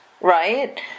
right